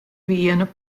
vienu